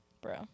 Bro